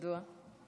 מדוע?